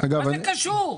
מה זה קשור?